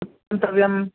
गन्तव्यं